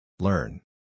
Learn